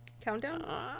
Countdown